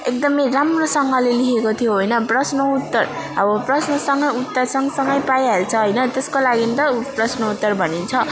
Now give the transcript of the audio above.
एकदमै राम्रोसँगले लेखेको थियो होइन प्रश्न उत्तर अब प्रश्नसँग उत्तर सँगसँगै पाइहाल्छ होइन त्यसको लागि त ऊ प्रश्नोत्तर भनिन्छ